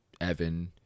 Evan